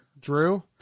Drew